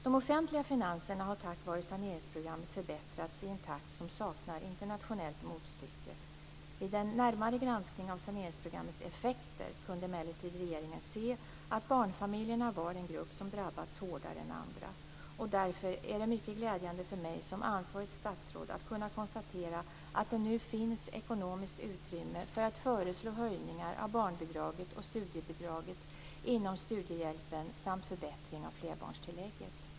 De offentliga finanserna har tack vare saneringsprogrammet förbättrats i en takt som saknar internationellt motstycke. Vid en närmare granskning av saneringsprogrammets effekter kunde emellertid regeringen se att barnfamiljerna var en grupp som drabbats hårdare än andra. Därför är det mycket glädjande för mig som ansvarigt statsråd att kunna konstatera att det nu finns ekonomiskt utrymme för att föreslå höjningar av barnbidraget och studiebidraget inom studiehjälpen samt förbättring av flerbarnstillägget.